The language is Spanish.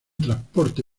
transporte